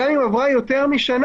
גם אם עברה יותר משנה,